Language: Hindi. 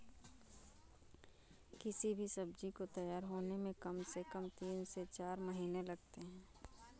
किसी भी सब्जी को तैयार होने में कम से कम तीन से चार महीने लगते हैं